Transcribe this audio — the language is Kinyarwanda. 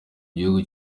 gihugu